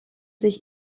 sich